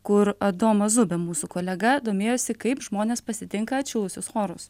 kur adomas zubė mūsų kolega domėjosi kaip žmonės pasitinka atšilusius orus